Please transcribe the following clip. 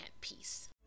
peace